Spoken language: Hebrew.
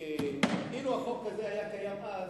אילו החוק הזה היה קיים אז,